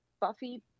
Buffy